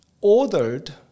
ordered